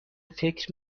فکر